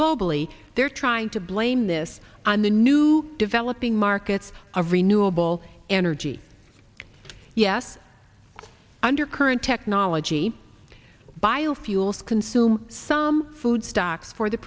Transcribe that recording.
globally they're trying to blame this on the new developing markets a renewable energy yes under current technology biofuels consume some food stocks for the